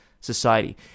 Society